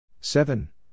Seven